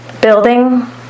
building